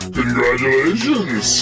Congratulations